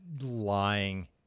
lying